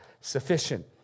sufficient